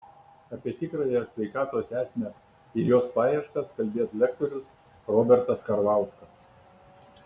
apie tikrąją sveikatos esmę ir jos paieškas kalbės lektorius robertas karvauskas